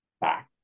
back